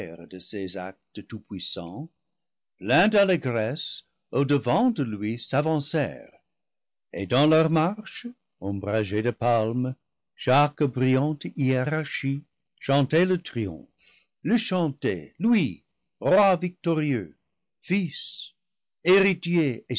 de ces actes tout-puissants pleins d'allégresse au-devant de lui s'avancèrent et dans leur mar che ombragés de palmes chaque brillante hiérarchie chantait le triomphe le chantait lui roi victorieux fils héritier